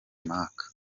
maka